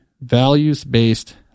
Values-Based